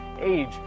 age